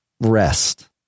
rest